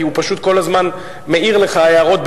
כי הוא פשוט כל הזמן מאיר לך הארות,